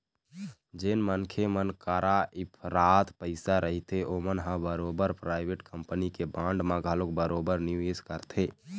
जेन मनखे मन करा इफरात पइसा रहिथे ओमन ह बरोबर पराइवेट कंपनी के बांड म घलोक बरोबर निवेस करथे